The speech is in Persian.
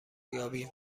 یابیم